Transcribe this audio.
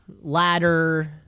ladder